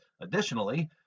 additionally